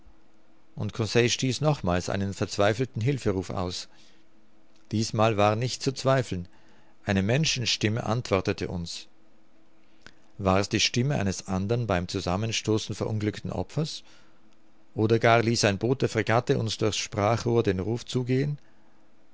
und conseil stieß nochmals verzweifelten hilferuf aus diesmal war nicht zu zweifeln eine menschenstimme antwortete uns war's die stimme eines andern beim zusammenstoßen verunglückten opfers oder gar ließ ein boot der fregatte uns durch's sprachrohr den ruf zugehen